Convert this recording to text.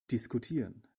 diskutieren